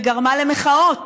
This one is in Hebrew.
וגרמה למחאות.